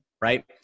right